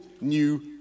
new